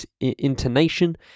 intonation